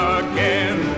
again